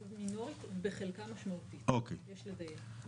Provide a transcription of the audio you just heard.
זה 'מינורית ובחלקה משמעותית' יש לדייק.